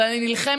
אבל אני נלחמת,